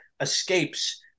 escapes